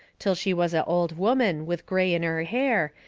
till she was a old woman with gray in her hair,